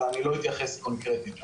ואני לא אתייחס קונקרטית.